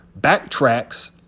Backtracks